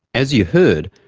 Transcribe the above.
as you heard,